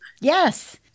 Yes